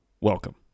welcome